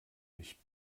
ich